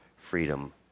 freedom